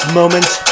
moment